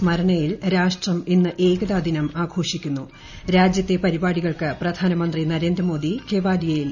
സ്മരണയിൽ രാഷ്ട്രം ഇന്ന് ഏകതാ ദിനം ആഘോഷി ക്കുന്നു രാജ്യത്തെ പരിപാടികൾക്ക് പ്രധാനമന്ത്രി നരേന്ദ്രമോദി കെവാഡിയയിൽ നേതൃത്വം നൽകും